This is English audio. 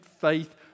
faith